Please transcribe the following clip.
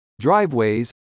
driveways